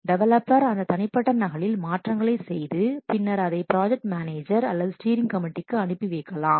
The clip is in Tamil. டெவலப்பர் அந்த தனிப்பட்ட நகலில் மாற்றங்களை செய்து பின்னர் அதை ப்ராஜெக்ட் மேனேஜர் அல்லது ஸ்டீரிங் கமிட்டீக்கு அனுப்பி வைக்கலாம்